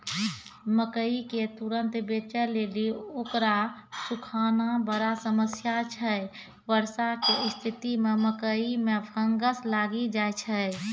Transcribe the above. मकई के तुरन्त बेचे लेली उकरा सुखाना बड़ा समस्या छैय वर्षा के स्तिथि मे मकई मे फंगस लागि जाय छैय?